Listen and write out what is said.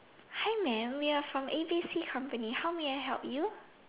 hi mam we're from A B C company how may I help you